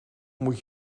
moet